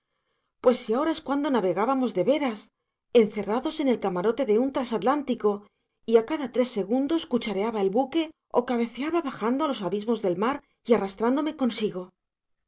pues si ahora es cuando navegábamos de veras encerrados en el camarote de un trasatlántico y a cada tres segundos cuchareaba el buque o cabeceaba bajando a los abismos del mar y arrastrándome consigo